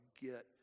get